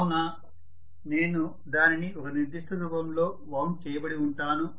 కావున నేను దానిని ఒక నిర్ధిష్ట రూపంలో వౌండ్ చేయబడి ఉంటాను